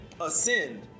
ascend